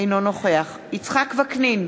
אינו נוכח יצחק וקנין,